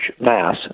mass